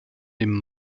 dem